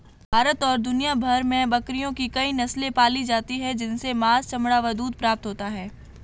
भारत और दुनिया भर में बकरियों की कई नस्ले पाली जाती हैं जिनसे मांस, चमड़ा व दूध प्राप्त होता है